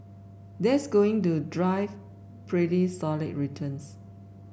that's going to drive pretty solid returns